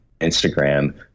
Instagram